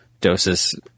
doses